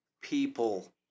people